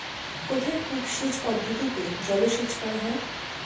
কোথায় কূপ সেচ পদ্ধতিতে জলসেচ করা হয়?